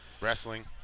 Wrestling